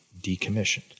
decommissioned